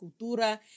cultura